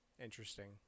Interesting